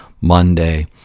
Monday